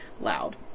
loud